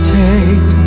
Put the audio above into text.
take